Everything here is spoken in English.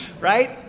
right